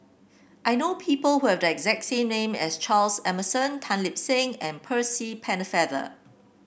I know people who have the exact same name as Charles Emmerson Tan Lip Seng and Percy Pennefather